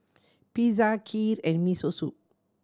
Pizza Kheer and Miso Soup